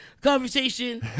conversation